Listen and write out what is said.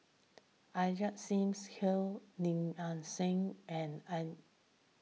Ajit Singh Gill Lim Nang Seng and Al